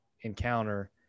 encounter